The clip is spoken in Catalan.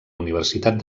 universitat